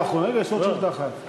אני לא יודע מה העובדות בעניין,